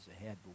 ahead